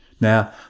Now